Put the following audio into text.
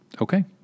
Okay